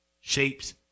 shapes